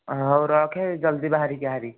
ହେଉ ରଖେ ଜଲଦି ବାହାରିକି ଆସେ ବାହାରି